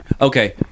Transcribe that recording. Okay